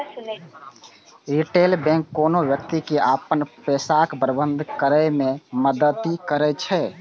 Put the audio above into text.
retail bank कोनो व्यक्ति के अपन पैसाक प्रबंधन करै मे मदति करै छै